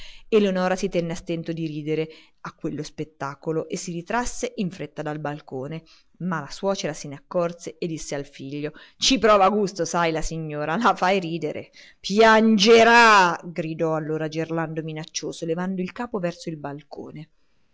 eleonora si tenne a stento di ridere a quello spettacolo e si ritrasse in fretta dal balcone ma la suocera se ne accorse e disse al figlio ci prova gusto sai la signora la fai ridere piangerà gridò allora gerlando minaccioso levando il capo verso il balcone